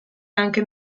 anche